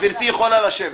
גברתי יכולה לשבת.